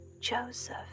Joseph